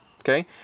okay